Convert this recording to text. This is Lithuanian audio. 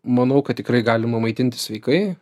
manau kad tikrai galima maitintis sveikai